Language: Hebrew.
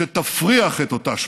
שתפריח את אותה שממה.